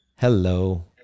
Hello